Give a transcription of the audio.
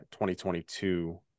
2022